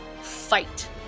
fight